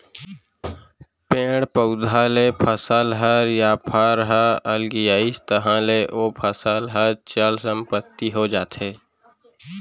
पेड़ पउधा ले फसल ह या फर ह अलगियाइस तहाँ ले ओ फसल ह चल संपत्ति हो जाथे